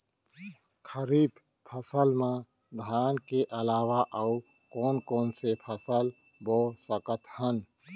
खरीफ फसल मा धान के अलावा अऊ कोन कोन से फसल बो सकत हन?